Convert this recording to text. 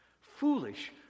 foolish